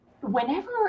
whenever